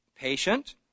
patient